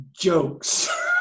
jokes